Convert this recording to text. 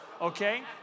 okay